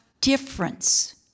difference